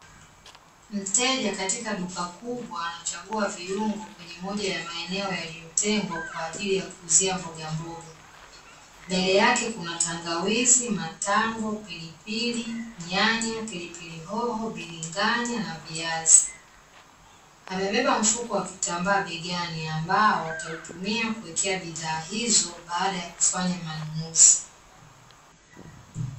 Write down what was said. Mteja katika duka kubwa anachagua viungo kwenye moja ya maeneo yaliyotengwa kwa ajili ya kuuzia mbogamboga. Mbele yake kuna tangawizi, matango, pilipili, nyanya, pilipili hoho, biringanya na viazi. Amebeba mfuko wa kitambaa begani ambao atautumia kuwekea bidhaa hizo baada ya kufanya manunuzi.